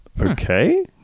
Okay